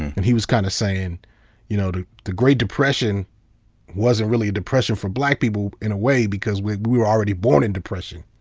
and he was kind of saying you know the great depression wasn't really a depression for black people, in a way, because we were already born in depression.